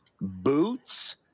Boots